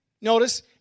notice